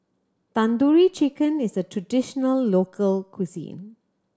Tandoori Chicken is a traditional local cuisine